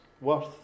worth